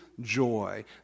joy